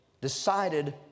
decided